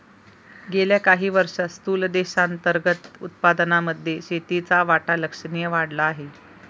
गेल्या काही वर्षांत स्थूल देशांतर्गत उत्पादनामध्ये शेतीचा वाटा लक्षणीय वाढला आहे